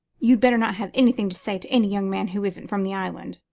you'd better not have anything to say to any young man who isn't from the island.